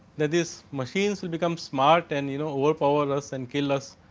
that this machine would becomes smart and you know whole power us and kill us